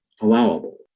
allowable